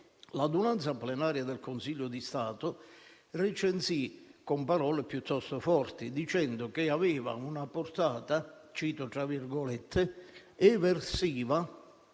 l'adunanza plenaria del Consiglio di Stato recensì con parole piuttosto forti, dicendo che aveva una portata - cito - eversiva